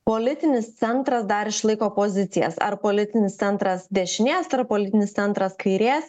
politinis centras dar išlaiko pozicijas ar politinis centras dešinės ar politinis centras kairės